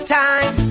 time